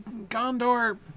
Gondor